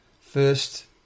first